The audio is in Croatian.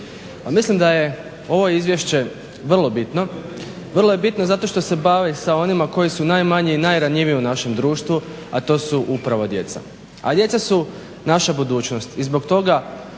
mislim da je ovo izvješće vrlo bitno. Vrlo je bitno zato što se bavi sa onima koji su najmanji i najranjiviji u našem društvu, a to su upravo djeca. A djeca su naša budućnost